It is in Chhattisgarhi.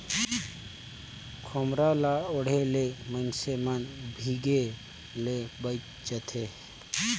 खोम्हरा ल ओढ़े ले मइनसे मन भीजे ले बाएच जाथे